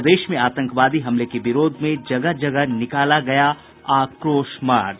प्रदेश में आतंकवादी हमले के विरोध में जगह जगह निकाला गया आक्रोश मार्च